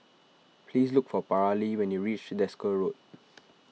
please look for Paralee when you reach Desker Road